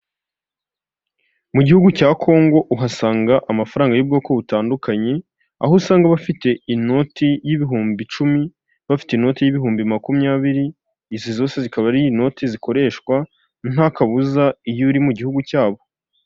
Mu gihugu cya Congo uhasanga amafaranga y'ubwoko butandukanye, aho usanga abafite inoti y'ibihumbi icumi, abafite inoti y'ibihumbi makumyabiri, izi zose zikaba ari inoti zikoreshwa nta kabuza iyo uri mu gihugu cyabo.